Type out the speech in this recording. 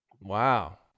Wow